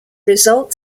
result